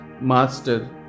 master